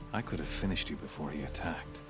i could have finished you before he attacked.